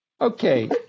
Okay